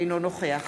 אינו נוכח